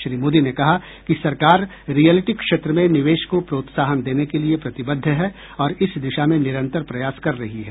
श्री मोदी ने कहा कि सरकार रीयलिटी क्षेत्र में निवेश को प्रोत्साहन देने के लिए प्रतिबद्ध है और इस दिशा में निरंतर प्रयास कर रही है